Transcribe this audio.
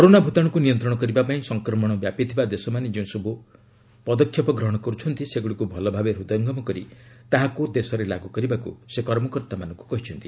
corona ଭୂତାଶୁକୁ ନିୟନ୍ତ୍ରଣ କରିବା ପାଇଁ ସଂକ୍ରମଣ ବ୍ୟାପିଥିବା ଦେଶମାନେ ଯେଉଁସବୁ ପଦକ୍ଷେପ ଗ୍ରହଣ କରୁଛନ୍ତି ସେଗୁଡ଼ିକୁ ଭଲ ଭାବେ ହୃଦୟଙ୍ଗମ କରି ତାହାକୁ ଦେଶରେ ଲାଗୁ କରିବାକୁ ସେ କର୍ମକର୍ତ୍ତାମାନଙ୍କୁ କହିଛନ୍ତି